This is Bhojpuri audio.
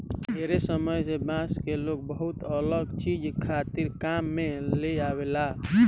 ढेरे समय से बांस के लोग बहुते अलग चीज खातिर काम में लेआवेला